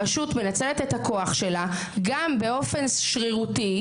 הרשות מנצלת את הכוח שלה באופן שרירותי,